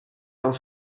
dans